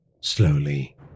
slowly